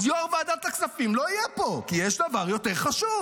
אז יו"ר ועדת הכספים לא יהיה פה כי יש דבר יותר חשוב,